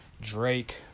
Drake